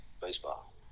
baseball